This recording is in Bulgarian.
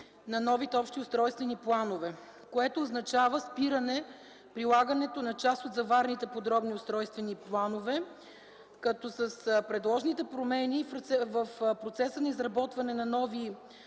на новите общи устройствени планове. Това означава спиране прилагането на част от заварените подробни устройствени планове. С предложените промени в процеса на изработване на нови